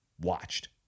watched